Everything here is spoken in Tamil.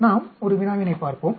நாம் ஒரு வினாவினைப் பார்ப்போம்